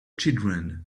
children